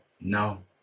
No